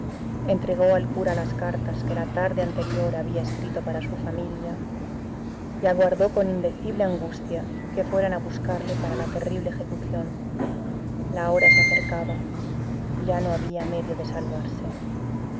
entregó al cura las cartas que la tarde anterior había escrito para su familia y aguardó con indecible angustia que fueran a buscarle para la terrible ejecución la hora se acercaba ya no habla medio de salvarse